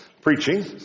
preaching